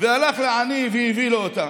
והלך לעני והביא לו אותה.